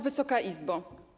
Wysoka Izbo!